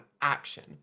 action